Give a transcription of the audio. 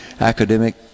academic